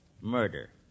murder